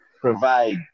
provide